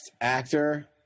actor